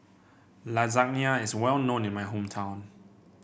lasagna is well known in my hometown